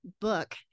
book